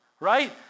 right